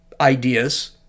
ideas